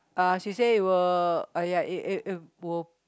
uh she say it will uh ya it it it will